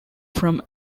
from